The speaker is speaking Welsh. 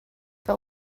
fel